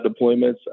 deployments